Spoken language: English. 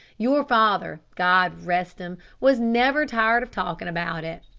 your father god rest him was never tired of talking about it.